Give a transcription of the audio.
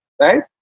Right